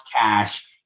cash